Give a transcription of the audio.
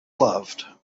loved